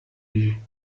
die